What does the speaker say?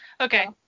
Okay